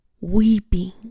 weeping